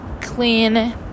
clean